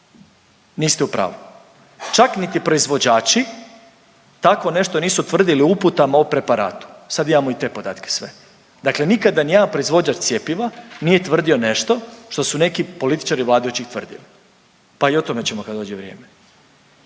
niste u pravu. Čak niti proizvođači tako nešto nisu tvrdili u uputama o preparatu, sad imamo i te podatke sve. Dakle nikada nijedan proizvođač cjepiva nije tvrdio nešto što su neki političari vladajućih tvrdili, pa i o tome ćemo kad dođe vrijeme.